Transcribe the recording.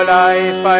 life